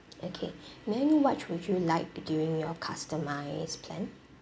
okay may I know what would you like to during your customised plan